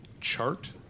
chart